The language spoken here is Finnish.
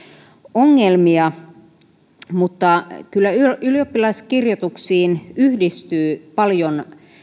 ongelmia mutta kyllä ylioppilaskirjoituksiin yhdistyy paljon